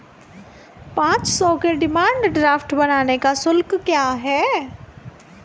पाँच सौ के डिमांड ड्राफ्ट बनाने का शुल्क क्या है?